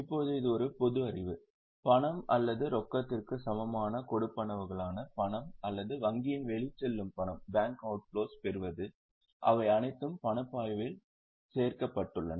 இப்போது இது ஒரு பொது அறிவு பணம் அல்லது ரொக்கத்திற்கு சமமான கொடுப்பனவுகளான பணம் அல்லது வங்கியின் வெளிச்செல்லும் பணம் பெறுவது அவை அனைத்தும் பணப்பாய்வில் சேர்க்கப்பட்டுள்ளன